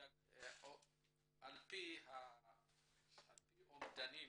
על פי אומדנים,